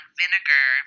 vinegar